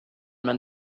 man